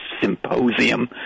symposium